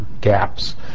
gaps